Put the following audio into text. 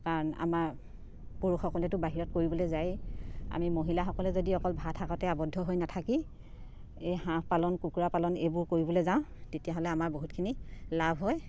কাৰণ আমাৰ পুৰুষসকলেতো বাহিৰত কৰিবলৈ যায়েই আমি মহিলাসকলে যদি অকল ভাত শাকতে আৱদ্ধ হৈ নাথাকি এই হাঁহ পালন কুকুৰা পালন এইবোৰ কৰিবলৈ যাওঁ তেতিয়াহ'লে আমাৰ বহুতখিনি লাভ হয়